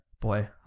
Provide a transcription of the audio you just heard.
Boy